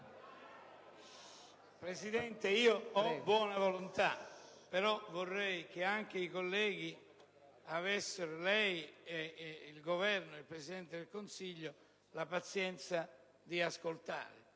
Presidente, io ho buona volontà, però vorrei che anche i colleghi, il Governo e il Presidente del Consiglio avessero la pazienza di ascoltare.